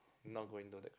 not going to that